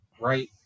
right